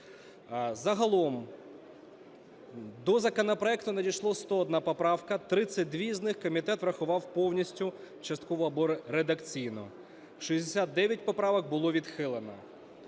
Загалом до законопроекту надійшло 101 поправка, 32 з них комітет врахував повністю, частково або редакційно, 69 поправок було відхилено.